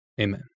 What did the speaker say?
Amen